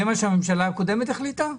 זה מה שהממשלה הקודמת החליטה?